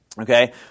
Okay